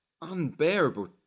unbearable